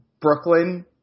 Brooklyn